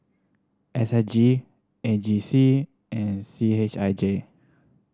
S S G A G C and C H I J